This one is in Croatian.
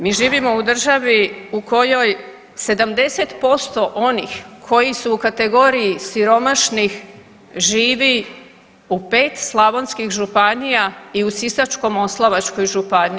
Mi živimo u državi u kojoj 70% onih koji su u kategoriji siromašnih živi u 5 slavonskih županija i u Sisačko-moslavačkoj županiji.